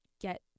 get